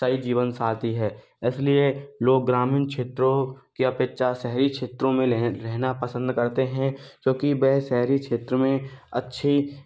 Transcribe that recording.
सही जीवन साथी है इसलिए लोग ग्रामीण क्षेत्रों के अपेक्षा शहरी क्षेत्रों में लह रहना पसंद करते हैं क्योंकि वह शहरी क्षेत्र में अच्छी